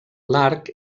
l’arc